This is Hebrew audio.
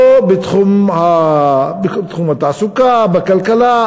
לא בתחום התעסוקה, בכלכלה.